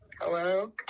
Hello